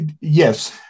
yes